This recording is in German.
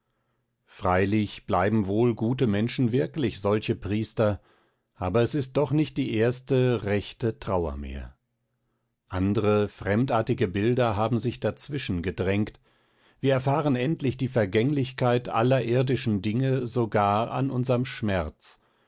freilich bleiben wohl gute menschen wirklich solche priester aber es ist doch nicht die erste rechte trauer mehr andre fremdartige bilder haben sich dazwischengedrängt wir erfahren endlich die vergänglichkeit aller irdischen dinge sogar an unserm schmerz